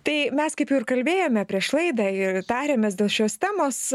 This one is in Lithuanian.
tai mes kaip jau ir kalbėjome prieš laidą ir tariamės dėl šios temos